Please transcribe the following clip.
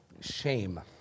Shame